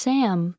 Sam